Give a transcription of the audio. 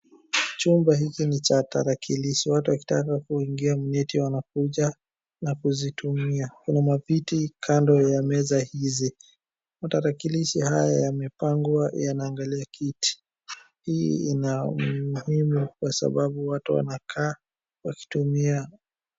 Chumba hiki ni cha tarakilishi. Watu wakitaka kuingia mneti wanakuja na kuzitumia. Kuna maviti kando ya meza hizi. Matarakilishi haya yamepangwa yanaangalia kiti. Hii ina umuhimu kwa sababu watu wanakaa wakitumia.